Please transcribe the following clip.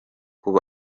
abo